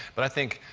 but i think,